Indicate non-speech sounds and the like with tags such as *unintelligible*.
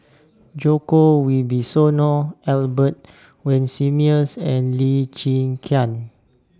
Djoko Wibisono Albert Winsemius and Lee Cheng *unintelligible*